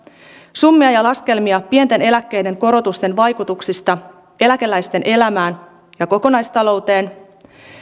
summia ja laskelmia pienten eläkkeiden korotusten vaikutuksista eläkeläisten elämään ja kokonaistalouteen